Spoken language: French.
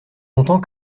longtemps